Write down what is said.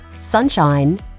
sunshine